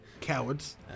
Cowards